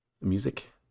music